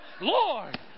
Lord